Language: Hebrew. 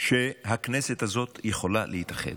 שהכנסת הזאת יכולה להתאחד.